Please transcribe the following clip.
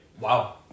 Wow